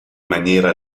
maniera